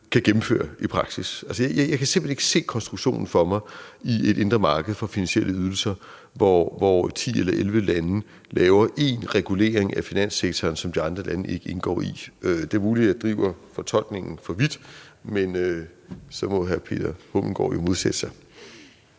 kan gennemføre i praksis. Jeg kan simpelt hen ikke se konstruktionen for mig i et indre marked for finansielle ydelser, hvor 10 eller 11 lande laver en regulering af finanssektoren, som de andre lande ikke indgår i. Det er muligt, jeg driver fortolkningen for vidt, men så må hr. Peter Hummelgaard Thomsen jo modsætte sig